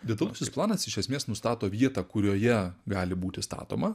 detalusis planas iš esmės nustato vietą kurioje gali būti statoma